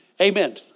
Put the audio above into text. Amen